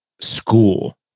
school